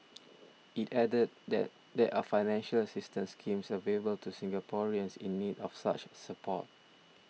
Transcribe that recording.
it added that there are financial assistance schemes available to Singaporeans in need of such support